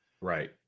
Right